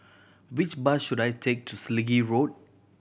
which bus should I take to Selegie Road